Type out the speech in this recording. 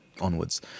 onwards